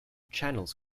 channels